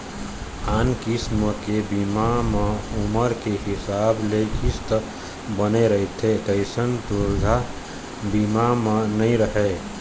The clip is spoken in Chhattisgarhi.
आन किसम के बीमा म उमर के हिसाब ले किस्त बने रहिथे तइसन दुरघना बीमा म नइ रहय